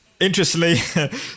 Interestingly